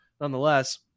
nonetheless